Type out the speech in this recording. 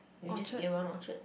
we just eat around Orchard